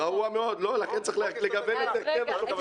גרוע מאוד, לכן צריך לשנות את הרכב שופטי בג"ץ.